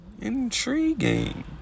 Intriguing